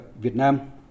Vietnam